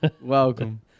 Welcome